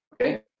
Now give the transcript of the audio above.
okay